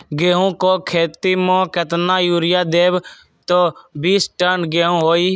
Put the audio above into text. गेंहू क खेती म केतना यूरिया देब त बिस टन गेहूं होई?